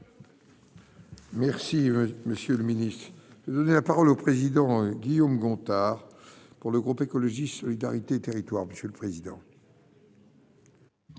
Merci, Monsieur le Ministre, nous donner la parole au président Guillaume Gontard pour le groupe écologiste solidarité territoire, monsieur le président.